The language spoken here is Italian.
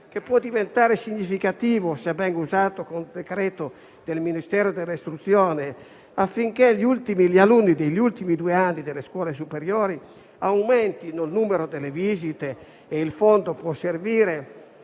e può diventare significativo se ben usato, con decreto del Ministero dell'istruzione, affinché gli alunni degli ultimi due anni delle scuole superiori aumentino il numero delle visite, penso sia